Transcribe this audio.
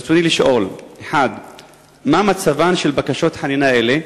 ברצוני לשאול: 1. מה מצבן של בקשות חנינה אלה?